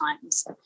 times